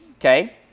Okay